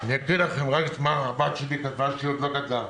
אקרא לכם את מה שכתבה הבת שלי כשהיא הייתה צעירה: